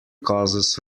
causes